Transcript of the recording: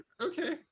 Okay